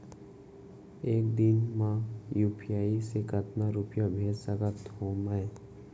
एक दिन म यू.पी.आई से कतना रुपिया भेज सकत हो मैं?